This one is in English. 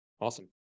Awesome